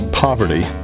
poverty